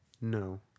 No